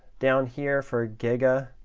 down here for giga,